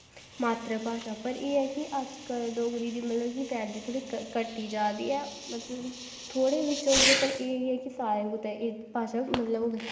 मात्तर भाशा पर मतलव की एह् ऐ कि अज्ज डोगरी दी मतलव का बैल्यू थोह्ड़ी घटदी जा दी ऐ मतलव का थोह्ड़े बिच्च होंगा पर एह् ऐ कि सारैं गित्तै एह् भाशा मतलव